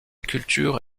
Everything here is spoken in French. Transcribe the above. culture